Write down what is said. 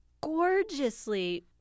gorgeously